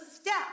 step